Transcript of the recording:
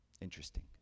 Interesting